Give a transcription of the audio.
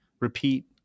repeat